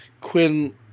Quinn